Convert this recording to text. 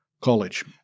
college